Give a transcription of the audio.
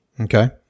Okay